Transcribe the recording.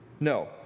No